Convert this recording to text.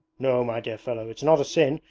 no, my dear fellow, it's not a sin,